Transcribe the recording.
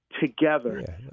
together